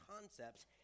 concepts